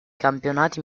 campionati